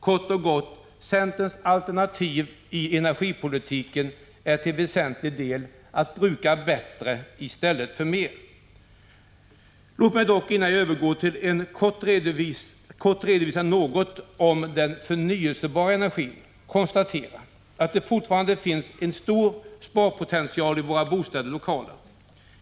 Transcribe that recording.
Kort och gott: Centerns alternativ i energipolitiken är till väsentlig del att bruka bättre i stället för mer. Låt mig dock innan jag övergår till att kort redovisa något om den förnyelsebara energin konstatera, att det fortfarande finns en stor sparpotentiali våra bostäder och lokaler.